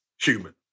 human